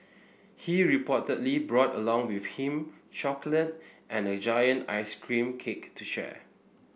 he reportedly brought along with him chocolate and a giant ice cream cake to share